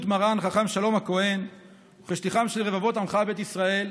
מרן חכם שלום הכהן ושליחם של רבבות עמך בית ישראל,